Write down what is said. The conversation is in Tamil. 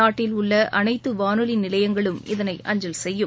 நாட்டில் உள்ள அனைத்து வானொலி நிலையங்களும் இதனை அஞ்சல் செய்யும்